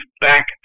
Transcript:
back